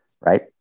Right